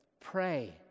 Pray